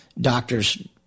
doctors